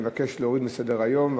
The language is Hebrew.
מבקש להוריד מסדר-היום.